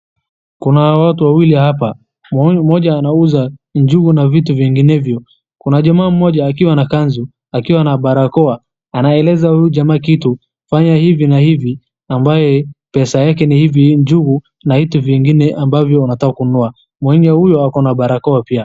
Kuna watu wawili hapa. Huyu mmoja anauza njugu na vitu vinginevyo. Kuna jamaa mmoja akiwa na kanzu, akiwa na barakoa anaeleza huyu jamaa kitu, fanya hivi na hivi, ambaye pesa yake ni hivi njugu, na vitu vingine unataka kununua, Mhindi huyo ako na barakoa.